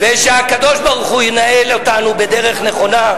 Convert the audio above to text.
ושהקדוש-ברוך-הוא ינהל אותנו בדרך נכונה,